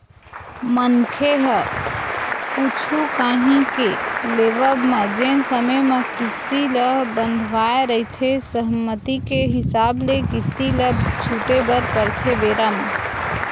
मनखे ह कुछु काही के लेवब म जेन समे म किस्ती ल बंधवाय रहिथे सहमति के हिसाब ले किस्ती ल छूटे बर परथे बेरा म